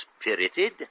spirited